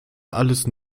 alles